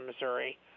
Missouri